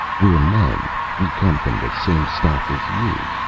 we're men. we come from the same stock as you.